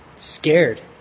scared